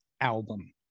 album